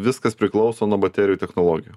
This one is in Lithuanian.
viskas priklauso nuo baterijų technologijų